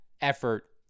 effort